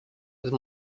with